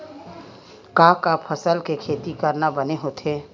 का का फसल के खेती करना बने होथे?